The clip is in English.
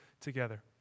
together